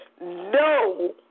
no